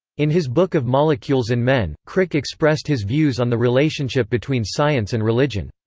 in his book of molecules and men, crick expressed his views on the relationship between science and religion.